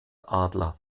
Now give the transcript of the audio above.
adler